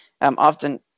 Often